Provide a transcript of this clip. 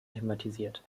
thematisiert